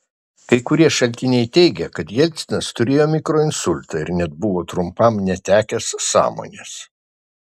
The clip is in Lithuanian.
kai kurie šaltiniai teigia kad jelcinas turėjo mikroinsultą ir net buvo trumpam netekęs sąmonės